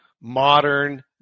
modern